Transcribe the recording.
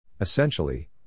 Essentially